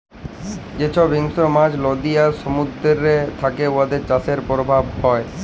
যে ছব হিংস্র মাছ লদী আর সমুদ্দুরেতে থ্যাকে উয়াদের চাষের পরভাব হ্যয়